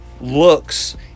looks